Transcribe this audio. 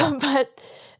but-